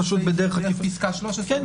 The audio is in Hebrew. דרך פסקה (13) ולא (14).